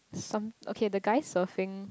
some okay the guy surfing